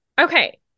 Okay